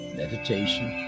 meditation